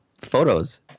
photos